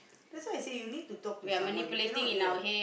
that's why I say you need to talk to someone you cannot yeah